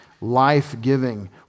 life-giving